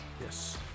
yes